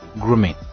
grooming